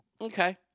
Okay